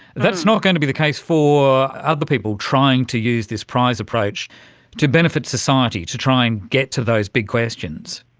that's not going to be the case for other people trying to use this prize approach to benefit society, to try and get to those big questions.